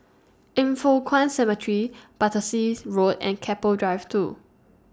Yin Foh Kuan Cemetery Battersea Road and Keppel Drive two